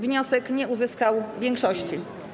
Wniosek nie uzyskał większości.